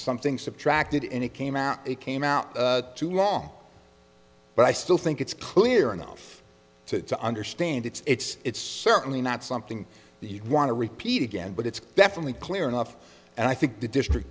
something subtracted in it came out it came out too long but i still think it's clear enough to understand it's it's certainly not something that you'd want to repeat again but it's definitely clear enough and i think the district